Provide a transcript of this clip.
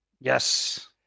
Yes